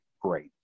great